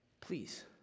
Please